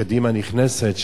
כשקדימה נכנסת,